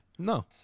No